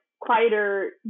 quieter